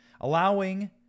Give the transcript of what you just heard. allowing